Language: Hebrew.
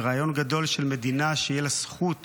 ורעיון גדול של מדינה שתהיה לה זכות